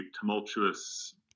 tumultuous